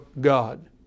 God